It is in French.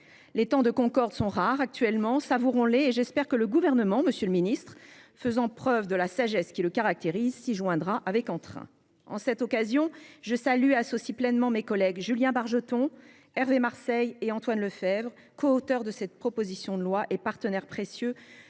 Les temps de concorde étant actuellement rares, savourons-les. J'espère que le Gouvernement, faisant preuve de la sagesse qui le caractérise, s'y joindra avec entrain. En cette occasion, je salue et associe pleinement mes collègues Julien Bargeton, Hervé Marseille et Antoine Lefèvre, coauteurs de cette proposition de loi et partenaires précieux